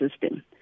system